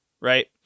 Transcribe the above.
right